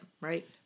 right